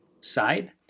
side